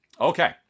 Okay